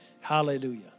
Hallelujah